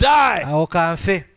die